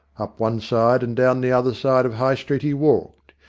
up one side and down the other side of high street he walked,